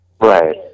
right